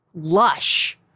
Lush